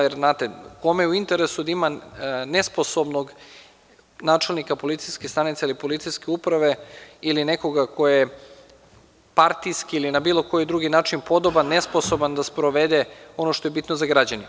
Jer, znate, kome je u interesu da ima nesposobnog načelnika policijske stanice ili policijske uprave, ili nekoga ko je partijski ili na bilo koji drugi način podoban, nesposoban da sprovede ono što je bitno za građane?